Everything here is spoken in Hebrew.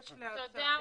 תודה.